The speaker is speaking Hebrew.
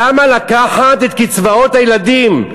למה לקחת את קצבאות הילדים?